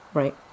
right